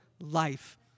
life